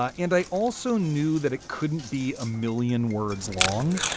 ah and i also knew that it couldn't be a million words long.